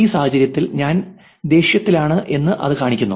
ഈ സാഹചര്യത്തിൽ ഞാൻ ദേഷ്യത്തിലാണ് എന്ന് അത് കാണിക്കുന്നു